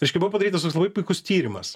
reiškia buvo padarytas visąlaik puikus tyrimas